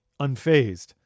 unfazed